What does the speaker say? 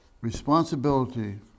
responsibility